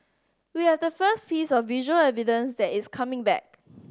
we have the first piece of visual evidence that is coming back